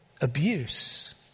abuse